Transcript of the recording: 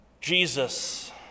Jesus